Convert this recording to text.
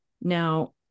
Now